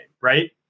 right